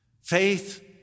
faith